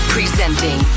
Presenting